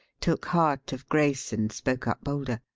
took heart of grace and spoke up bolder.